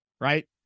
right